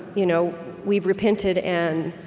you know we've repented, and